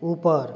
ऊपर